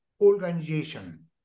organization